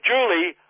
Julie